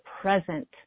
present